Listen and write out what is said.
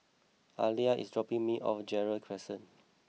Alia is dropping me off Gerald Crescent